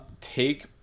take